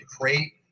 create